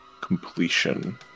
completion